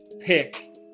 pick